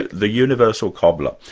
the universal cobbler.